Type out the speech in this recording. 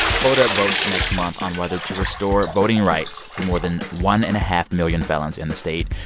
florida votes next month on whether to restore voting rights for more than one and a half million felons in the state.